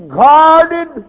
guarded